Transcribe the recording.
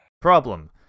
Problem